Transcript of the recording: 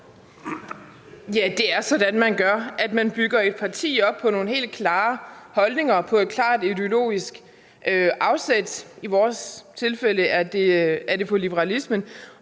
Ja, det er sådan, man gør. Man bygger et parti op på nogle helt klare holdninger og på et klart ideologisk afsæt – i vores tilfælde er det på liberalismen